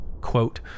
quote